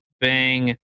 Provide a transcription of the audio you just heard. Bang